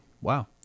wow